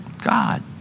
God